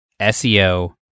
SEO